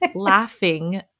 laughing